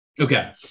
Okay